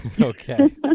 Okay